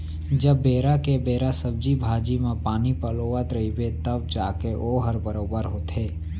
जब बेरा के बेरा सब्जी भाजी म पानी पलोवत रइबे तव जाके वोहर बरोबर होथे